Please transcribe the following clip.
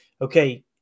okay